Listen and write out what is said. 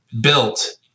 built